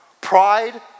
Pride